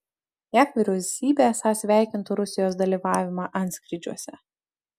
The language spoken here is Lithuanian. jav vyriausybė esą sveikintų rusijos dalyvavimą antskrydžiuose